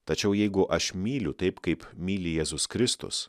tačiau jeigu aš myliu taip kaip myli jėzus kristus